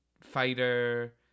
fighter